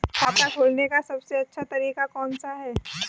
खाता खोलने का सबसे अच्छा तरीका कौन सा है?